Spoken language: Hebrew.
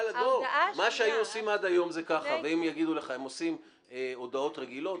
עד היום הם עושים הודעות רגילות,